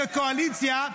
כקואליציה,